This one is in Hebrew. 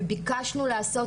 וביקשנו לעשות,